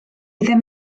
ddim